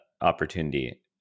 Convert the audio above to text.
opportunity